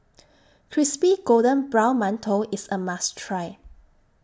Crispy Golden Brown mantou IS A must Try